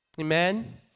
Amen